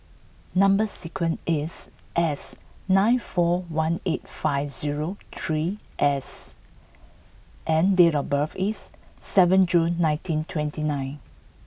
number sequence is S nine four one eight five zero three S and date of birth is seven June nineteen twenty nine